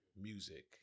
music